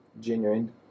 genuine